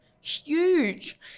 Huge